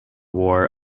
war